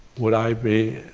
would i be,